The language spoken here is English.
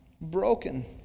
Broken